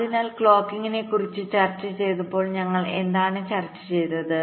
അതിനാൽ ക്ലോക്കിംഗിനെക്കുറിച്ച് ചർച്ച ചെയ്തപ്പോൾ ഞങ്ങൾ എന്താണ് ചർച്ച ചെയ്തത്